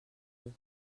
eux